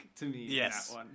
Yes